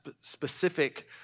specific